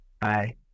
Bye